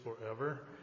forever